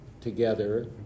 together